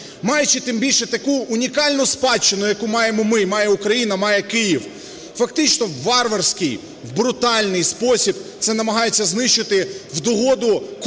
маючи тим більше таку унікальну спадщину, яку маємо ми і має Україна, і має Київ, фактично у варварський, в брутальний спосіб це намагається знищити в догоду купки